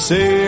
Say